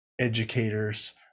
educators